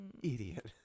Idiot